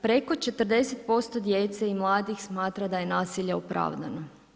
Preko 40% djece i mladih smatra da je nasilje opravdano.